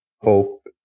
hope